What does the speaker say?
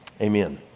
amen